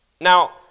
Now